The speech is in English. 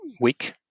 week